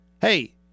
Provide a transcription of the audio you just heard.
hey